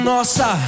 Nossa